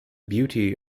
beauty